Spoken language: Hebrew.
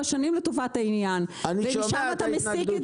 שנים לצורך העניין ומשם אתה מסיק את זה.